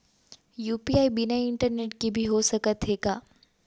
UPI बिना internet के भी हो सकत हे का?